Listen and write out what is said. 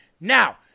Now